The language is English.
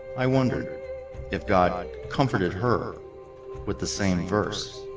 i wondered if god comforted her with the same verse